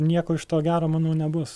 nieko iš to gero manau nebus